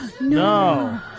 No